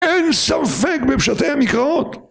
אין ספק בפשטי המקראות!